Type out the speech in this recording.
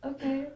Okay